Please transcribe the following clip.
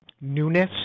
newness